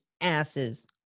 asses